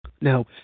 Now